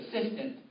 assistant